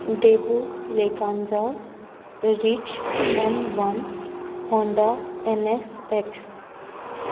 debut लेखांजा रीच M one Honda N S x